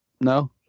No